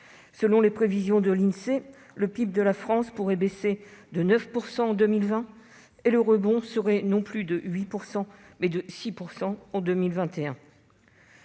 Selon les prévisions de l'Insee, le PIB de la France pourrait baisser de 9 % en 2020, et le rebond serait, non plus de 8 %, mais de 6 % en 2021.